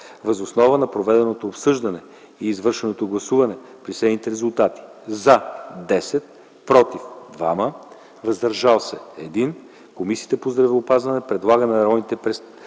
Въз основа на проведеното обсъждане и извършеното гласуване при следните резултати: „за” – 10, „против”- 2, „въздържал се”- 1, Комисията по здравеопазването предлага на Народното събрание